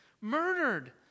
Murdered